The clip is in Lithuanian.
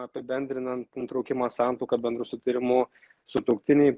apibendrinant nutraukimą santuoką bendru sutarimu sutuoktiniai